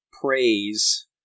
praise